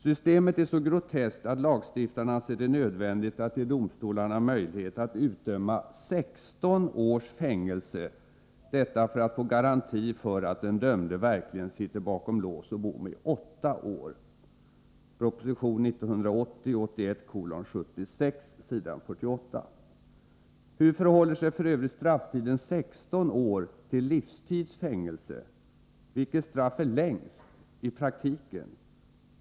Systemet är så groteskt att lagstiftaren ansett det nödvändigt att ge domstolarna möjlighet att utdöma 16 års fängelse, för att få garanti för att den dömde verkligen sitter bakom lås och bom i 8 år . Hur förhåller sig f.ö. strafftiden 16 år till livstids fängelse? Vilket straff är längst i praktiken?